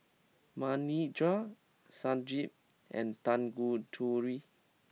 Manindra Sanjeev and Tanguturi